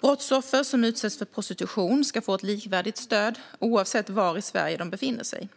Brottsoffer som utsätts för prostitution ska få ett likvärdigt stöd oavsett var i Sverige de befinner sig.